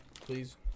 please